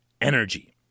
energy